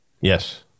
Yes